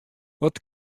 wat